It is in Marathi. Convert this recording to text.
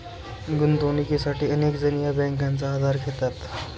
गुंतवणुकीसाठी अनेक जण या बँकांचा आधार घेतात